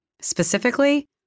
specifically